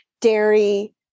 dairy